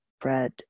bread